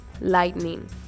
lightning